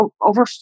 over